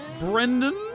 Brendan